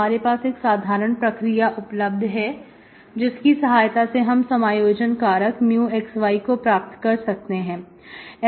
हमारे पास एक साधारण प्रक्रिया उपलब्ध है जिसकी सहायता से हम समायोजन कारक μx y को प्राप्त कर सकते हैं